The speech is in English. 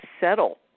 settle